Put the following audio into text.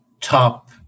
top